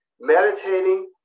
Meditating